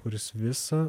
kuris visą